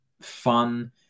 fun